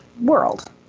world